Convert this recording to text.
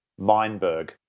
Meinberg